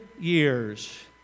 years